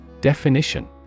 Definition